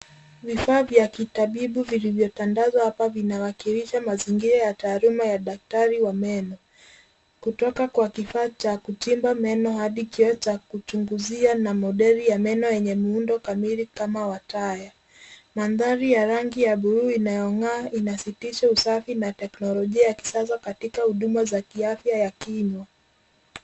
Vifaa vya kitabibu vilivyotandazwa hapa vinawakilisha mazingira ya taaluma ya daktari wa meno. Kutoka kwa kifaa cha kuchimba meno hadi kioo cha kuchunguzia na modeli ya meno yenye muundo kamili kama wa taya. Mandhari ya rangi ya buluu inayong'aa inasitisha usafi na teknolojia ya kisasa katika huduma ya kiafya ya kinywa .